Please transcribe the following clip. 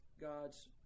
God's